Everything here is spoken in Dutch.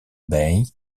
bij